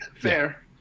Fair